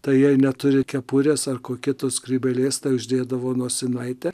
tai jei neturi kepurės ar kitos skrybėlės tai uždėdavo nosinaitę